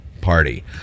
party